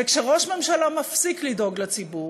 וכשראש ממשלה מפסיק לדאוג לציבור